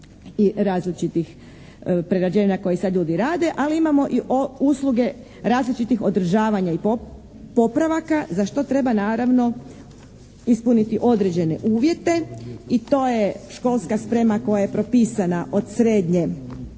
i različitih prerađevina koje sad ljudi rade. Ali imamo i usluge različitih održavanja i popravaka za što treba naravno ispuniti određene uvjete. I to je školska sprema koja je propisana od srednje